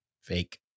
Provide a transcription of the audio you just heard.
Fake